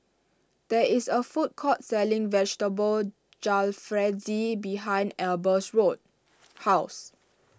there is a food court selling Vegetable Jalfrezi behind Eber's road house